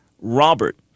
Robert